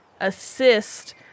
assist